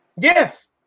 Yes